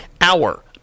Hour